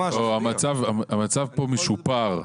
המצב פה הוא משופר.